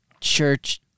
church